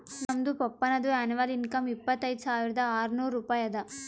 ನಮ್ದು ಪಪ್ಪಾನದು annual income ಇಪ್ಪತೈದ್ ಸಾವಿರಾ ಆರ್ನೂರ್ ರೂಪಾಯಿ ಅದಾ